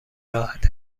راحت